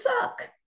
suck